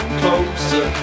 closer